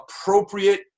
appropriate